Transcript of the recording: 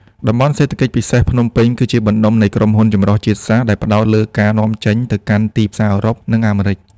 តំបន់សេដ្ឋកិច្ចពិសេសភ្នំពេញ គឺជាបណ្ដុំនៃក្រុមហ៊ុនចម្រុះជាតិសាសន៍ដែលផ្ដោតលើការនាំចេញទៅកាន់ទីផ្សារអឺរ៉ុប និងអាមេរិក។